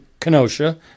Kenosha